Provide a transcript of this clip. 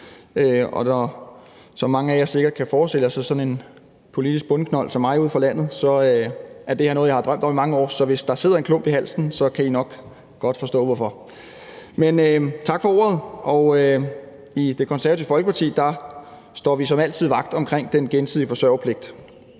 og som mange af jer sikkert kan forestille jer, så er det her for sådan en politisk bondeknold ude fra landet som mig noget, som jeg har drømt om i mange år. Så hvis der sidder en klump i halsen, kan I nok godt forstå hvorfor. Men tak for ordet. I Det Konservative Folkeparti står vi som altid vagt om den gensidige forsørgerpligt.